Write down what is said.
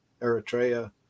Eritrea